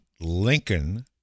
Lincoln